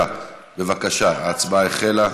בבקשה, ההצבעה החלה.